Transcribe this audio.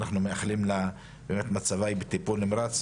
היא בטיפול נמרץ,